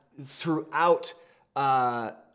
throughout